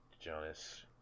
Jonas